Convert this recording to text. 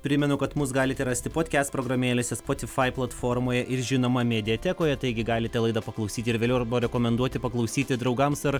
primenu kad mus galite rasti podkest programėlėse spotifai platformoje ir žinoma mediatekoje taigi galite laidą paklausyti ir vėliau arba rekomenduoti paklausyti draugams ar